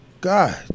God